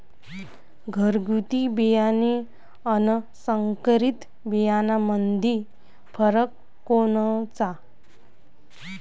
घरगुती बियाणे अन संकरीत बियाणामंदी फरक कोनचा?